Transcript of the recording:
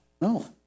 no